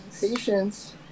Patience